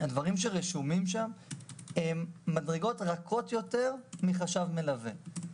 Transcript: הדברים שרשומים הם מדרגות רכות יותר מחשב מלווה.